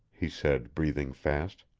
he said, breathing fast.